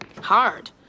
Hard